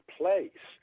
place